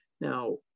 now